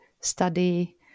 study